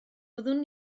byddwn